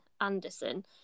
Anderson